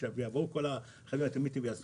ושיבואו כל הרכבים האוטונומיים ויעשו